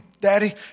Daddy